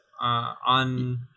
on